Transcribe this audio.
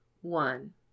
One